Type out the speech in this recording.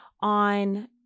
on